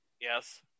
yes